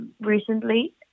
recently